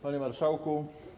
Panie Marszałku!